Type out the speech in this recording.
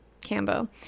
cambo